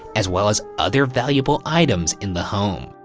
as well as other valuable items in the home.